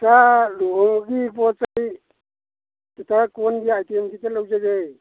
ꯏꯆꯥ ꯂꯨꯍꯣꯡꯕꯒꯤ ꯄꯣꯠ ꯆꯩ ꯈꯤꯇ ꯀꯣꯟꯒꯤ ꯑꯥꯏꯇꯦꯝ ꯈꯤꯇ ꯂꯧꯖꯒꯦ